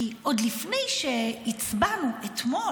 כי עוד לפני שהצבענו אתמול,